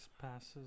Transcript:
passes